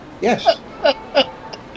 Yes